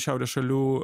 šiaurės šalių